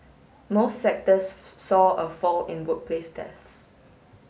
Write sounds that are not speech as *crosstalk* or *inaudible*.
most sectors *unintelligible* saw a fall in workplace deaths